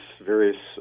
various